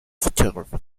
photography